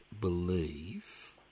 believe